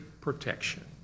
protection